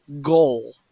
goal